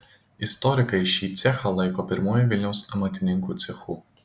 istorikai šį cechą laiko pirmuoju vilniaus amatininkų cechu